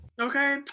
Okay